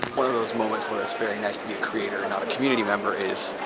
one of those moments when it's very nice to be a creator and not a community member is